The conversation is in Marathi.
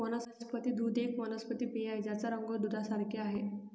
वनस्पती दूध एक वनस्पती पेय आहे ज्याचा रंग दुधासारखे आहे